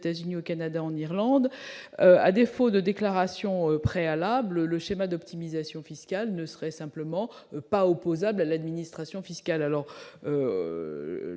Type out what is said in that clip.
États-Unis, au Canada, en Irlande. En cas de défaut de déclaration préalable, le schéma d'optimisation fiscale ne serait pas opposable à l'administration fiscale.